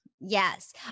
Yes